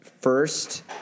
first